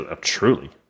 truly